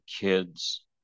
kids